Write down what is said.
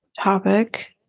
topic